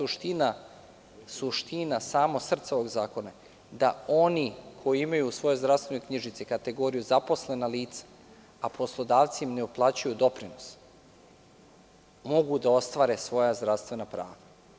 U ovome je suština, samo srce ovog zakona, da oni koji imaju svoje zdravstvene knjižice, kategoriju zaposlena lica, a poslodavci im ne uplaćuju doprinose, mogu da ostvare svoja zdravstvena prava.